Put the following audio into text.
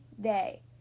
day